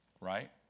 right